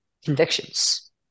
convictions